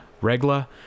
regla